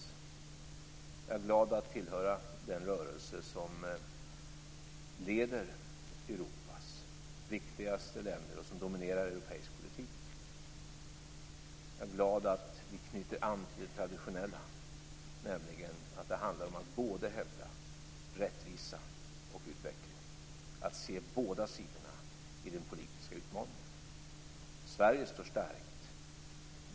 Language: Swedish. Jag är glad att tillhöra den rörelse som leder Europas viktigaste länder och som dominerar europeisk politik. Jag är glad att vi knyter an till det traditionella. Det handlar om att både hävda rättvisa och utveckling, att se båda sidorna i den politiska utmaningen. Sverige står starkt.